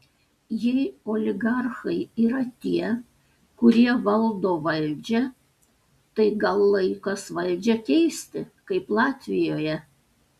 jei oligarchai yra tie kurie valdo valdžią tai gal laikas valdžią keisti kaip latvijoje